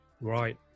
right